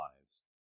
lives